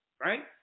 Right